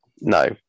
No